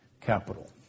capital